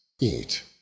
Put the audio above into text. eat